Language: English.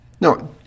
No